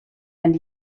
and